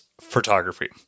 photography